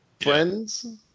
friends